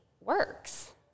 works